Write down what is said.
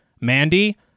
Mandy